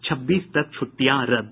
छब्बीस तक छूटिटयां रद्द